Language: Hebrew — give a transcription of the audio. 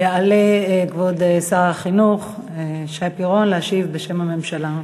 יעלה כבוד שר החינוך שי פירון להשיב בשם הממשלה.